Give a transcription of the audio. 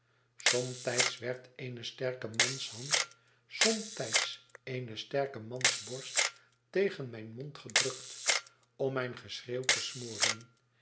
somtijds werd eene sterke manshand somtijds eene sterke mansborst tegen mijn mond gedrukt om mijn geschreeuw te smoren